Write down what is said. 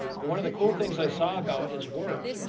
but one of the cool things i saw about his work,